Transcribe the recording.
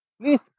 Please